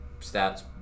stats